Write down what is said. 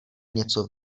něco